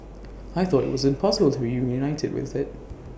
I thought IT was impossible to be reunited with IT